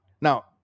Now